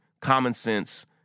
common-sense